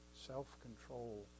Self-control